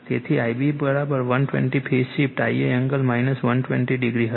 તેથી Ib 120o phase shift Ia angle 120 o હશે